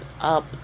up